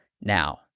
now